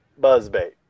buzzbait